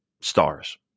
stars